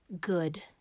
good